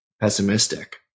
pessimistic